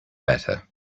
better